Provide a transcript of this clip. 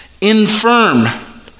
infirm